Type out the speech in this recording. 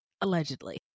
allegedly